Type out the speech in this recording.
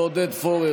אדוני השר,